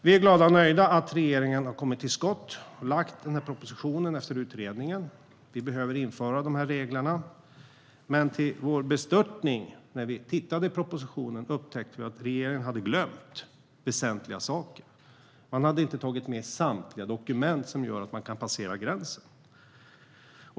Vi är glada och nöjda över att regeringen har kommit till skott och lagt fram den här propositionen efter utredningen. Vi behöver införa de här reglerna. Men till vår bestörtning upptäckte vi, när vi tittade i propositionen, att regeringen hade glömt väsentliga saker. Man hade inte tagit med samtliga dokument som gör att man kan passera gränsen.